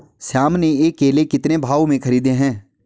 श्याम ने ये केले कितने भाव में खरीदे हैं?